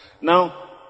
Now